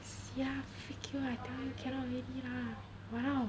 see lah freak you ah I tell you cannot already lah !walao!